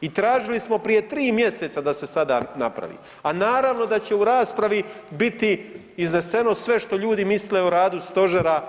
I tražili smo prije tri mjeseca da se sada napravi, a naravno da će u raspravi biti izneseno sve što ljudi misle o radu Stožera i Vlade.